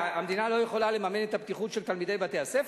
המדינה לא יכולה לממן את הבטיחות של תלמידי בתי-הספר?